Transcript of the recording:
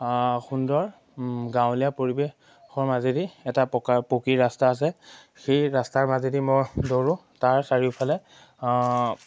সুন্দৰ গাঁৱলীয়া পৰিৱেশৰ মাজেদি এটা পকা পকী ৰাস্তা আছে সেই ৰাস্তাৰ মাজেদি মই দৌৰোঁ তাৰ চাৰিওফালে